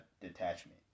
detachment